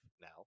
now